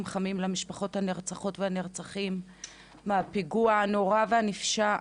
חמים למשפחות הנרצחות והנרצחים בפיגוע הנורא והנפשע